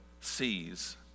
sees